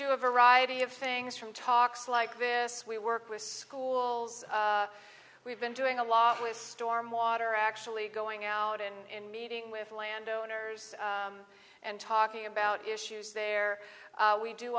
do a variety of things from talks like this we work with schools we've been doing a lot with storm water actually going out and meeting with landowners and talking about issues there we do